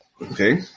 Okay